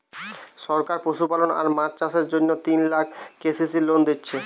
সরকার পশুপালন আর মাছ চাষের জন্যে তিন লাখ কে.সি.সি লোন দিচ্ছে